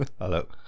Hello